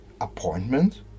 appointment